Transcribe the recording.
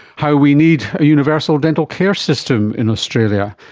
how we need a universal dental care system in australia.